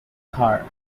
car